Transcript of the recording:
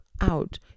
out